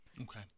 Okay